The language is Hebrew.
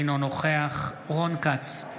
אינו נוכח רון כץ,